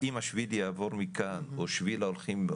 האם השביל יעבור מכאן או שביל האורחים,